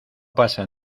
pasa